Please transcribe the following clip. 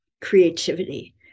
creativity